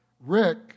Rick